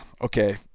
okay